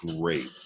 great